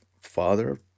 father